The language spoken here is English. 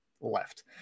left